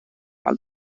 altro